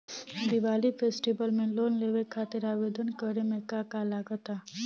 Diwali festival loan लेवे खातिर आवेदन करे म का का लगा तऽ?